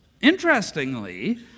Interestingly